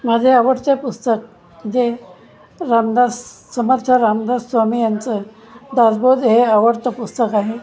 माझे आवडते पुस्तक जे रामदास समर्थ रामदास स्वामी यांचं दासबोध हे आवडतं पुस्तक आहे